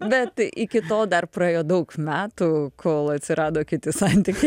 bet iki tol dar praėjo daug metų kol atsirado kiti santykiai